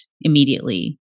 immediately